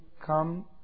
come